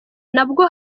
nabwo